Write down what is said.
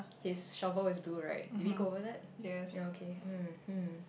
his shovel is blue right did we go over that ya okay mmhmm